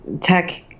tech